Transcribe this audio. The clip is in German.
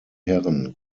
herren